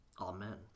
Amen